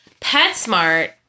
PetSmart